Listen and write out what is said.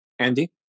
Andy